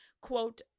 quote